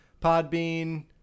Podbean